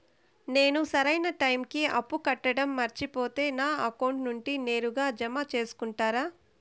నేను సరైన టైముకి అప్పు కట్టడం మర్చిపోతే నా అకౌంట్ నుండి నేరుగా జామ సేసుకుంటారా?